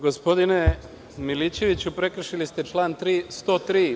Gospodine Milićeviću, prekršili ste član 103.